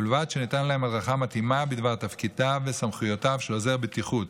ובלבד שניתנה להם הדרכה מתאימה בדבר תפקידיו וסמכויותיו של עוזר בטיחות,